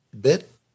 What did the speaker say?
bit